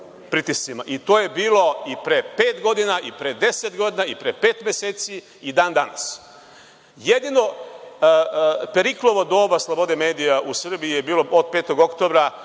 i to je bilo pre pet godina, pre 10 godina, i pre pet meseci, i dan danas. Jedino Periklovo doba slobode medija u Srbiji je bilo od 5. oktobra